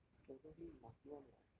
这种东西 must do [one] [what]